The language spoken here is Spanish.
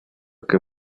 que